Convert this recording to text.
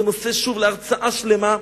זה נושא להרצאה שלמה,